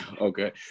Okay